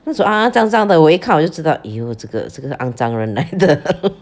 那种肮肮脏脏的我一看我就知道 !aiyo! 这个这个肮脏人来的